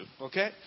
Okay